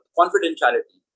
confidentiality